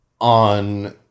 on